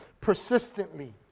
persistently